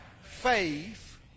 faith